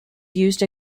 used